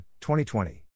2020